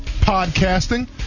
podcasting